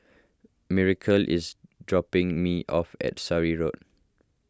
Miracle is dropping me off at Surrey Road